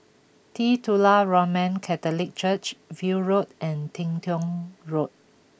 Titular Roman Catholic Church View Road and Teng Tong Road